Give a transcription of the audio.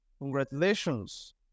Congratulations